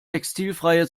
textilfreie